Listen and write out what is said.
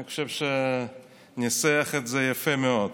אני חושב שהוא ניסח את זה יפה מאוד.